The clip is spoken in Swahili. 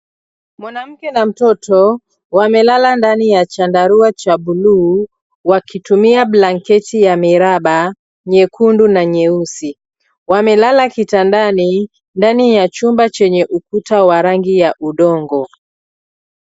Mwanamke na mtoto wamelala ndani ya chandarua cha bluu wakitumia blanketi ya miraba nyekundu na nyeusi. Wamelala kitandani ndani ya chumba chenye ukuta wa rangi ya udongo.